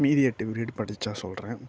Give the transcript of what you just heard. மீதி எட்டு பீரியட் படித்தா சொல்கிறேன்